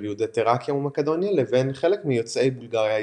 יהודי תראקיה ומקדוניה לבין חלק מיוצאי "בולגריה הישנה".